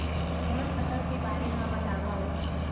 मोला फसल के बारे म बतावव?